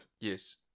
Yes